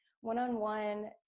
one-on-one